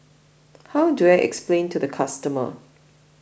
how do I explain to the customer